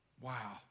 wow